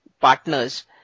partners